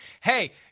Hey